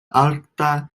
arkta